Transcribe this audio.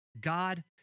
God